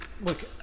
Look